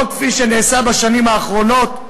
לא כפי שנעשה בשנים האחרונות,